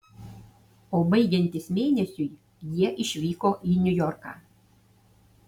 o baigiantis mėnesiui jie išvyko į niujorką